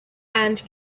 and